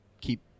keep